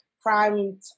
Crime